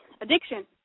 addiction